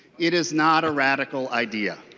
it is not a radical idea.